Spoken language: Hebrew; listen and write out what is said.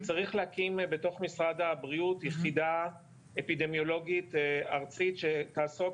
צריך להקים בתוך משרד הבריאות יחידה אפידמיולוגית ארצית שתעסוק